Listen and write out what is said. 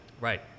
Right